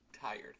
tired